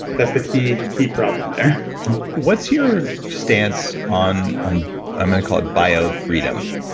that's the key key problem there what's your stance on i'm i'm going to call it bio-freedom,